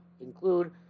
include